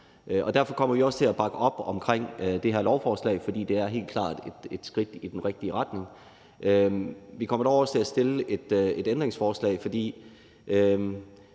Derfor kommer vi også til at bakke op omkring det her lovforslag – det er helt klart et skridt i den rigtige retning. Vi kommer dog også til at stille et ændringsforslag. For